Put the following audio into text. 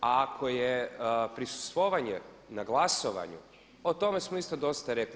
A ako je prisustvovanje na glasovanju o tome smo isto dosta rekli.